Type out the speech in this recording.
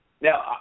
Now